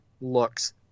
looks